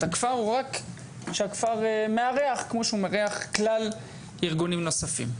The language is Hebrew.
הכפר או רק שהכפר מארח כמו שהוא מארח כלל ארגונים נוספים.